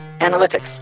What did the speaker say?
analytics